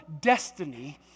destiny